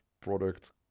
product